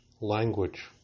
language